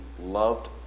loved